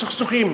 סכסוכים.